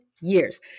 years